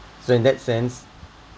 so in that sense